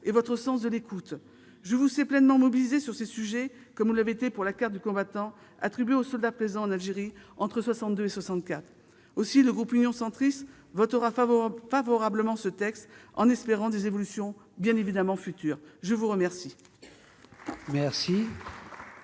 et votre sens de l'écoute. Je vous sais pleinement mobilisée sur ces sujets, comme vous l'avez été pour la carte du combattant attribuée aux soldats présents en Algérie entre 1962 et 1964. Aussi, le groupe Union Centriste votera les crédits de cette mission, en espérant des évolutions futures. La parole